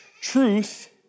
truth